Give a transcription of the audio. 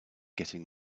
getting